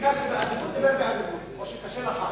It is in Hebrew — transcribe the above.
ביקשתי באדיבות, ותדבר באדיבות או שקשה לך.